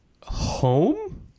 home